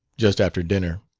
just after dinner,